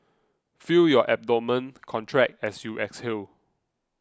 feel your abdomen contract as you exhale